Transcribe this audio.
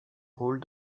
rôle